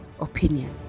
opinion